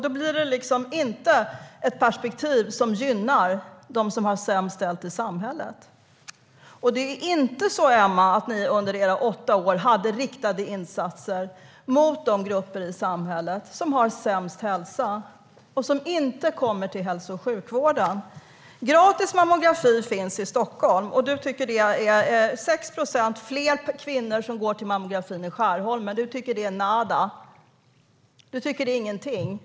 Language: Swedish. Det blir inte ett perspektiv som gynnar dem som har det sämst ställt i samhället. Ni hade inte under era åtta år riktade insatser till de grupper i samhället som har sämst hälsa och som inte kommer till hälso och sjukvården, Emma. Gratis mammografi finns i Stockholm. Det är 6 procent fler kvinnor som går till mammografin i Skärholmen. Du tycker att det är nada. Du tycker inte att det är någonting.